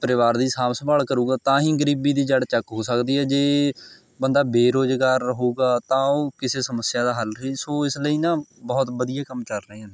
ਪਰਿਵਾਰ ਦੀ ਸਾਂਭ ਸੰਭਾਲ ਕਰੇਗਾ ਤਾਂ ਹੀ ਗਰੀਬੀ ਦੀ ਜੜ੍ਹ ਚੱਕ ਹੋ ਸਕਦੀ ਹੈ ਜੇ ਬੰਦਾ ਬੇਰੁਜ਼ਗਾਰ ਰਹੇਗਾ ਤਾਂ ਉਹ ਕਿਸੇ ਸਮੱਸਿਆ ਦਾ ਹੱਲ ਨਹੀਂ ਸੋ ਇਸ ਲਈ ਨਾ ਬਹੁਤ ਵਧੀਆ ਕੰਮ ਚੱਲ ਰਹੇ ਹਨ